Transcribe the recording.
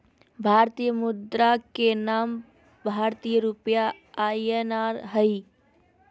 भारतीय मुद्रा के नाम भारतीय रुपया आई.एन.आर हइ